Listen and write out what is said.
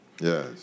Yes